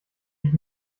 ich